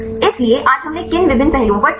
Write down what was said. इसलिए आज हमने किन विभिन्न पहलुओं पर चर्चा की